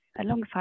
alongside